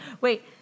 Wait